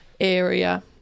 area